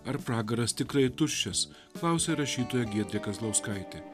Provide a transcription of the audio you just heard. ar pragaras tikrai tuščias klausia rašytoja giedrė kazlauskaitė